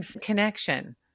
connection